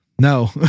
No